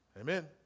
Amen